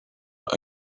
were